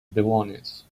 belongings